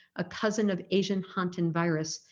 a cousin of asian hantaan virus,